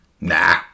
Nah